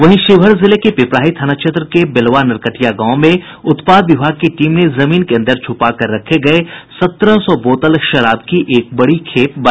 वहीं शिवहर जिले के पिपराही थाना क्षेत्र के बेलवा नरकटिया गांव में उत्पाद विभाग की टीम ने जमीन के अंदर छुपाकर रखे गये सत्रह सौ बोतल शराब की एक बड़ी खेप बरामद की है